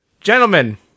Gentlemen